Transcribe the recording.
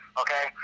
okay